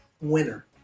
winner